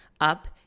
up